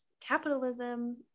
capitalism